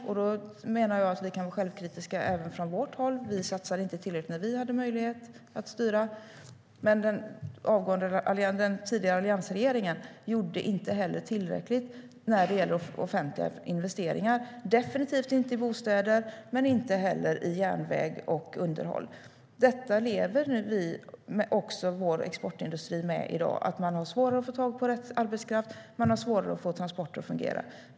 Jag menar att vi kan vara självkritiska även från vårt håll; vi satsade inte tillräckligt när vi hade möjlighet att styra. Men den tidigare alliansregeringen gjorde inte heller tillräckligt när det gäller offentliga investeringar, definitivt inte i bostäder men inte heller i järnväg och underhåll. Detta lever nu vi och vår exportindustri med i dag. Man har svårare att få tag på rätt arbetskraft, och man har svårare att få transporter att fungera.